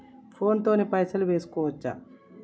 Phone తోని పైసలు వేసుకోవచ్చా?